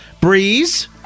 Breeze